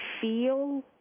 feel